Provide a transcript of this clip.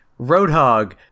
Roadhog